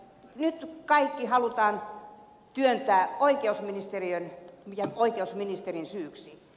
nyt kaikki halutaan työntää oikeusministeriön ja oikeusministerin syyksi